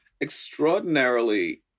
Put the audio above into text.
extraordinarily